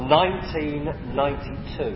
1992